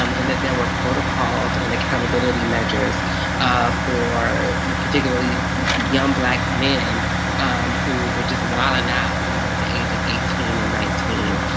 um and that there were protocols and accountability measures for particularly young black men who were just wilding out you know at the age of eighteen and nineteen.